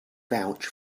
vouch